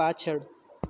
પાછળ